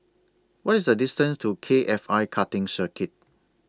What IS The distance to K F I Karting Circuit